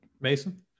Mason